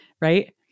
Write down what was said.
right